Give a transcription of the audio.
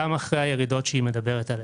גם אחרי הירידות שגלי כספרי מדברת עליהן.